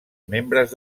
membres